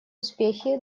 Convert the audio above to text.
успехи